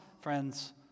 friends